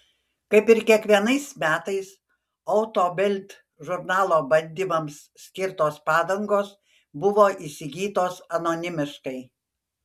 kaip ir kiekvienais metais auto bild žurnalo bandymams skirtos padangos buvo įsigytos anonimiškai